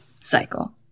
cycle